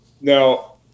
Now